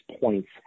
points